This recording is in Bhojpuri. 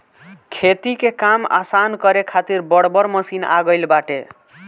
खेती के काम आसान करे खातिर बड़ बड़ मशीन आ गईल बाटे